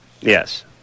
Yes